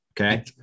okay